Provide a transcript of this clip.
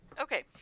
okay